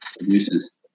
uses